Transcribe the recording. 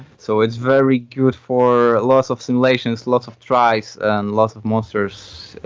so it's very good for lots of simulations, lots of tries, and lots of monsters.